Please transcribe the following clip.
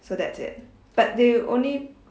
so that's it but they only